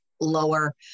lower